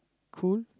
cool